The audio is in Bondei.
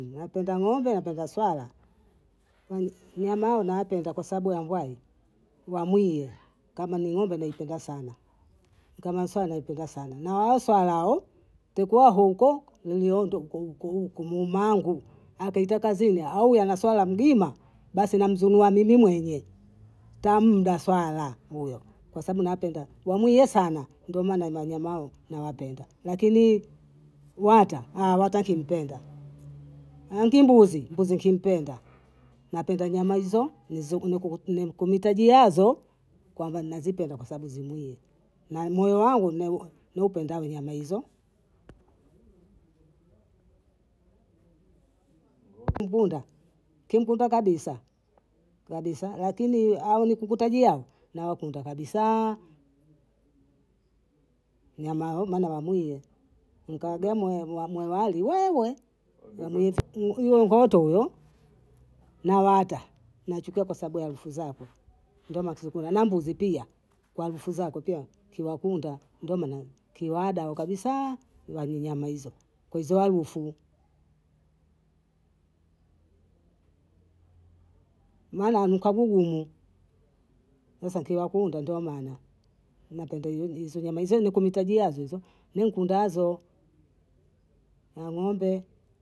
Nampenda ng'ombe napenda swala yan nyama yao napenda kwasababu ya mbwai wamwie kama ni ng'ombe naipenda sana, kama swala naipenda sana, na waa swala hao tweka hoko niliondo uko uko mmangu akaitakazini aa uyu ana swala mgima basi namzunua mimi mwenye tamda swala uyo kwasababu napenda wamwie sana ndo maana manyama hao nawapenda lakini wata wata akimpenda angi mbuzi, mbuzi nkimpenda. Napenda nyama hizo nizo ku- kum- kumitajiazo kwamba nazipenda kwasababu zimwie na moyo wangu nau- naupenda nyama hizo. Kimbunda kimbunda kabisa. kabisa lakini hao nikikutajia hao nawapenda kabisaa nyama yao maana wamwie. nkaegemwe mwadu mwari wewee iyo iyo ngoto uyo nawata nachukua kwasababu ya harufu zako ndo nachizikua na mbuzi pia kwa harufu zako pia kilokunda ndo maana kilaba ndo kabisaa hula nnyama hizo kuzoa harufu Nonamkabulumu sasa kila kunda ndo maana maana tanda hizo nahizo nikumtajiazo hizo nikundazo, eeh Ng'ombe